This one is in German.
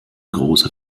große